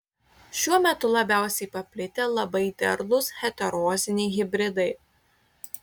šiuo metu labiausiai paplitę labai derlūs heteroziniai hibridai